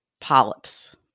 polyps